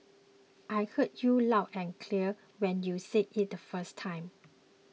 I heard you loud and clear when you said it the first time